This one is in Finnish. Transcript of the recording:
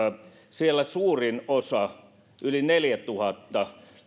siellä suurin osa yli neljätuhatta